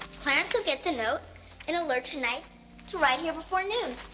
clarence will get the note and alert your knights to ride here before noon.